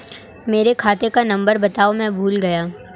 मेरे खाते का नंबर बताओ मैं भूल गया हूं